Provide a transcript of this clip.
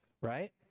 right